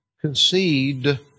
concede